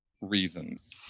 reasons